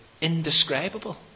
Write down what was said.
indescribable